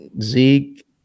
Zeke